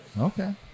Okay